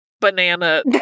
banana